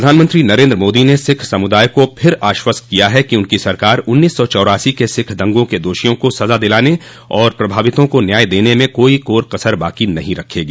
प्रधानमंत्री नरेन्द्र मोदी ने सिख समुदाय को फिर आश्वस्त किया है कि उनको सरकार उन्नीस सौ चौरासी के सिख दंगों के दोषियों को सज़ा दिलाने और प्रभावितों को न्याय देने म काई कोर कसर बाको नहीं रखेगी